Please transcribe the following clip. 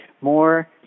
more